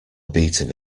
beating